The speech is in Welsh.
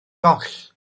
goll